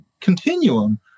continuum